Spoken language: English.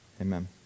Amen